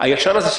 הישן הזה.